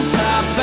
top